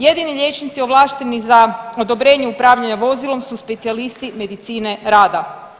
Jedini liječnici ovlašteni za odobrenje upravljanja vozilom su specijalisti medicine rada.